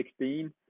2016